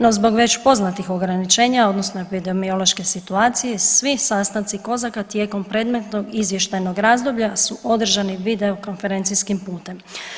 No zbog već poznatih ograničenja odnosno epidemiološke situacije svi sastanci COSAC-a tijekom predmetnog izvještajnog razdoblja su održani videokonferencijskim putem.